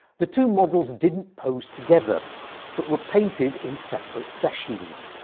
the two models didn't pose together but were painted in separate sessions.